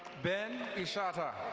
ben ishata.